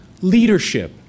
Leadership